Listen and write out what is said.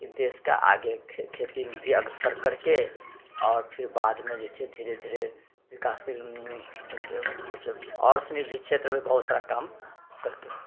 ई देशके आगे खे खेतीमे भी अग्रसर करके आओर फिर बाद मे जे छै धीरे धीरे विकासशील आओर सनि भी क्षेत्रमे बहुत सारा काम करिके